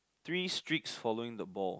three streaks following the ball